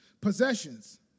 possessions